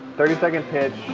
thirty second pitch.